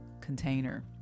container